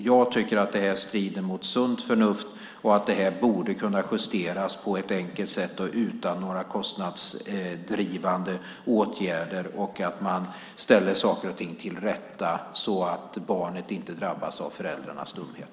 Jag tycker att detta strider mot sunt förnuft. Det borde kunna justeras på ett enkelt sätt utan några kostnadsdrivande åtgärder, och man bör ställa saker och ting till rätta så att barnet inte drabbas av föräldrarnas dumhet.